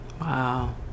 Wow